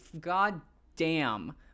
goddamn